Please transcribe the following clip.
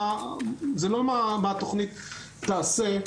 זה לא מה התוכנית תעשה,